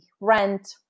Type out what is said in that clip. rent